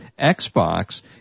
Xbox